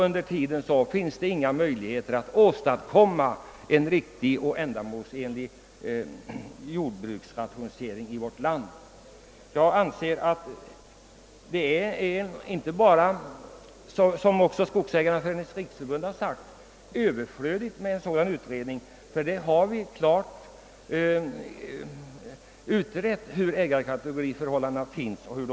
Under tiden finns det inga möjligheter att åstadkomma en riktig och ändamålsenlig jordbruksrationalisering i vårt land. Jag anser, liksom Sveriges Skogsägares riksförbund, att det är överflödigt med en sådan utredning, eftersom det är klart utrett hur ägarförhållandena ser ut.